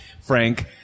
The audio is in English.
Frank